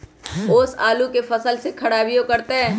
ओस आलू के फसल के खराबियों करतै?